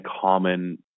common